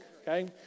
Okay